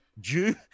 Jew